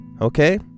okay